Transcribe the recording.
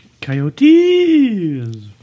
Coyotes